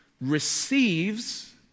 receives